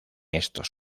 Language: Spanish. estos